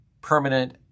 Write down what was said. permanent